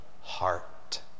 heart